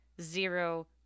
zero